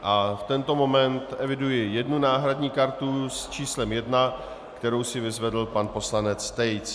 V tento moment eviduji jednu náhradní kartu s číslem 1, kterou si vyzvedl pan poslanec Tejc.